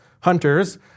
hunters